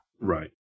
right